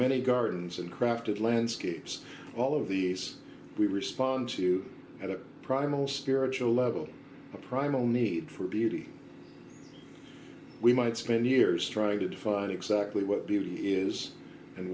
many gardens and crafted landscapes all of these we respond to at a primal spiritual level a primal need for beauty we might spend years trying to define exactly what beauty is